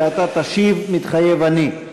ואתה תשיב: "מתחייב אני".